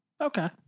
Okay